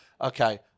Okay